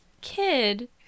Kid